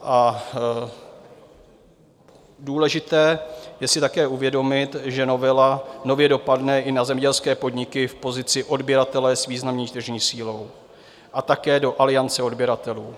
A důležité je si také uvědomit, že novela nově dopadne i na zemědělské podniky v pozici odběratele s významnou tržní sílou, a také do aliance odběratelů.